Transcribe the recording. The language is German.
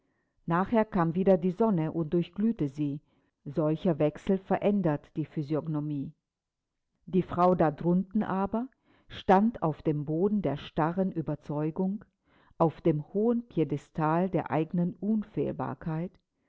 nachher kam wieder die sonne und durchglühte sie solcher wechsel verändert die physiognomie die frau da drunten aber stand auf dem boden der starren ueberzeugung auf dem hohen piedestal der eigenen unfehlbarkeit